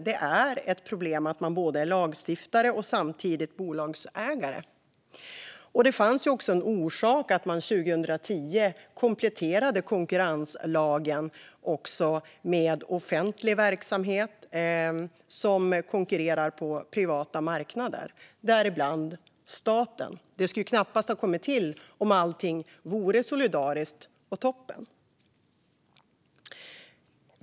Det är ett problem att man är både lagstiftare och bolagsägare. Det fanns också en orsak till att man 2010 kompletterade konkurrenslagen med offentlig verksamhet som konkurrerar på privata marknader - där ingår staten. Det skulle knappast ha gjorts om allting vore solidariskt och toppen.